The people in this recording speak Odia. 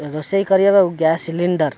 ରୋଷେଇ କରିବାକୁ ଗ୍ୟାସ୍ ସିଲିଣ୍ଡର୍